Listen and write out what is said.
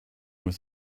with